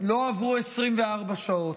לא עברו 24 שעות,